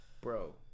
bro